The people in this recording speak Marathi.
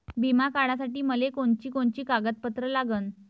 बिमा काढासाठी मले कोनची कोनची कागदपत्र लागन?